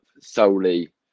solely